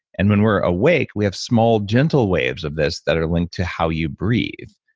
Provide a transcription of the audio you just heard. and when we're awake we have small gentle waves of this that are linked to how you breathe.